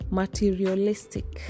materialistic